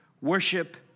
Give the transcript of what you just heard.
worship